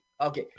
okay